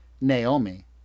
Naomi